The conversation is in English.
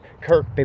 kirk